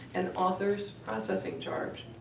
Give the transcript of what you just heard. an author's processing charge,